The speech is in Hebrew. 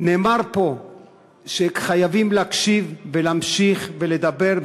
נאמר פה שחייבים להקשיב ולהמשיך ולדבר,